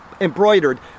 embroidered